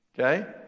Okay